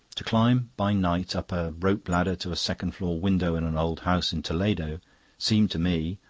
to climb by night up a rope-ladder to a second-floor window in an old house in toledo seemed to me,